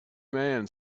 man